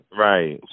Right